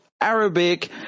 Arabic